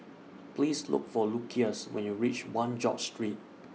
Please Look For Lucius when YOU REACH one George Street